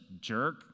jerk